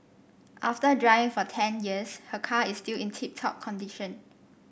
after driving for ten years her car is still in tip top condition